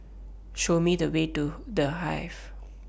Show Me The Way to The Hive